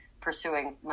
pursuing